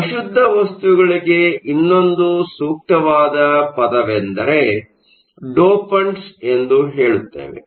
ಆದ್ದರಿಂದ ಅಶುದ್ಧ ವಸ್ತುಗಳಿಗೆ ಇನ್ನೊಂದು ಸೂಕ್ತವಾದ ಪದವೆಂದರೆ ಡೋಪಂಟ್ಸ್ ಎಂದು ಹೇಳುತ್ತೇವೆ